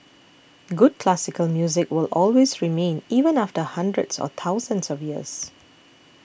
good classical music will always remain even after hundreds or thousands of years